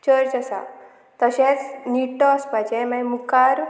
church आसा तशेंच नीट्टो वसपाचें मागीर मुखार